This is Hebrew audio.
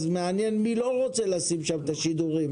מעניין מי לא רוצה לשים שם את השידורים.